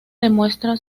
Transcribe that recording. demuestra